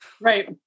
Right